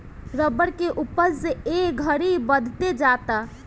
rubber के उपज ए घड़ी बढ़ते जाता